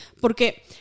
porque